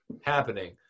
happening